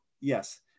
yes